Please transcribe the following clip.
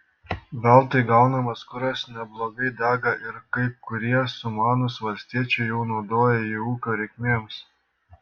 veltui gaunamas kuras neblogai dega ir kai kurie sumanūs valstiečiai jau naudoja jį ūkio reikmėms